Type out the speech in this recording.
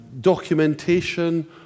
documentation